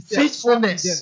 faithfulness